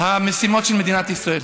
המשימות של מדינת ישראל.